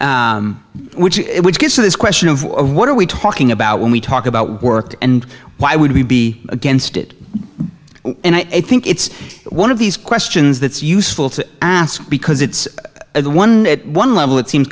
which gets to this question of what are we talking about when we talk about work and why would we be against it and i think it's one of these questions that's useful to ask because it's the one at one level it seem